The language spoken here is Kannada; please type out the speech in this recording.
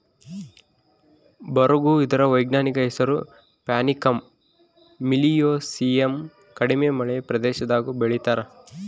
ಬರುಗು ಇದರ ವೈಜ್ಞಾನಿಕ ಹೆಸರು ಪ್ಯಾನಿಕಮ್ ಮಿಲಿಯೇಸಿಯಮ್ ಕಡಿಮೆ ಮಳೆ ಪ್ರದೇಶದಾಗೂ ಬೆಳೀತಾರ